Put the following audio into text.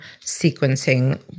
sequencing